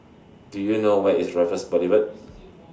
Do YOU know Where IS Raffles Boulevard